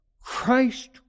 Christ